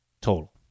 total